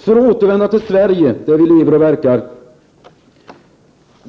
För att återvända till Sverige, där vi lever och verkar: